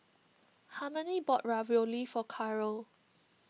Harmony bought Ravioli for Caryl